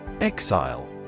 Exile